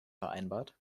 vereinbart